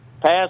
pass